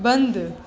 बंदि